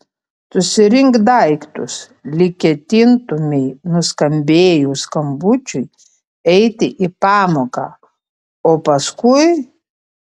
susirink daiktus lyg ketintumei nuskambėjus skambučiui eiti į pamoką o paskui